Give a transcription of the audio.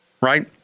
Right